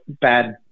bad